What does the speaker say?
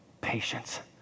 patience